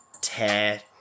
tear